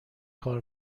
کار